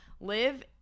live